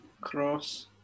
cross